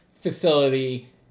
facility